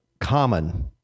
common